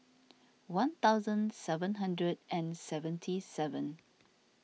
one thousand seven hundred and seventy seven